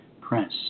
Press